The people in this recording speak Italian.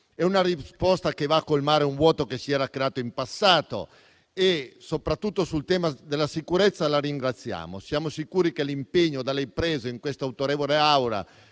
È una risposta che va a colmare un vuoto che si era creato in passato e soprattutto sul tema della sicurezza la ringraziamo. Siamo sicuri che l'impegno da lei preso in questa autorevole Aula,